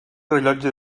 rellotge